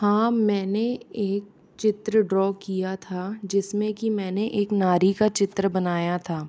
हाँ मैंने एक चित्र ड्रा किया था जिसमें की मैंने एक नारी का चित्र बनाया था